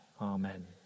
Amen